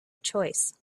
choice